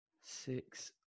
six